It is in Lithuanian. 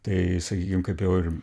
tai sakykim kaip jau ir